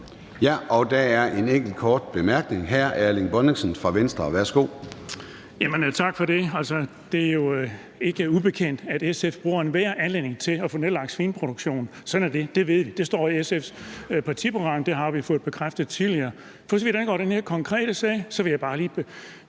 Gade): Der er en enkelt kort bemærkning fra hr. Erling Bonnesen fra Venstre. Værsgo. Kl. 10:07 Erling Bonnesen (V): Tak for det. Det er jo ikke ubekendt, at SF bruger enhver anledning til at få nedlagt svineproduktion. Sådan er det. Det står i SF's partiprogram. Det har vi fået bekræftet tidligere. For så vidt angår den her konkrete sag, vil jeg bare lige